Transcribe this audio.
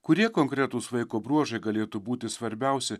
kurie konkretūs vaiko bruožai galėtų būti svarbiausi